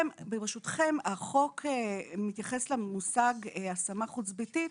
ברשותכם, החוק מתייחס למושג השמה חוץ ביתית.